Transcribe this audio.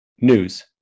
news